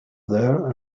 there